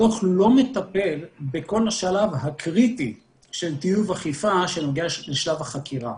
הדוח לא מטפל בכל השלב הקריטי של טיוב אכיפה שנוגע לשאר החקירה.